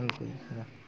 हूँ